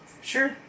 Sure